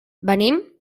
venim